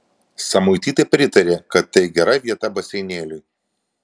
samuitytė pritarė kad tai gera vieta baseinėliui